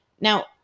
Now